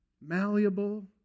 malleable